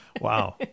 Wow